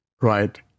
right